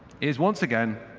is once again